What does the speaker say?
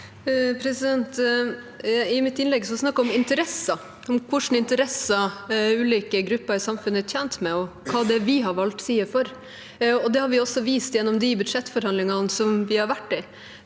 om interesser – om hvilke interesser ulike grupper i samfunnet er tjent med, og hva vi har valgt side for. Det har vi også vist gjennom de budsjettforhandlingene vi har vært i,